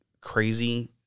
crazy